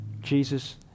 Jesus